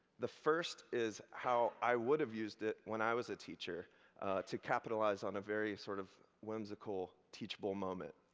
the first is how i would've used it when i was a teacher to capitalize on a very sort of whimsical, teachable moment.